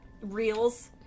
reels